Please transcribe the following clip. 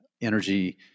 energy